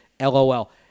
LOL